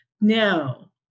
Now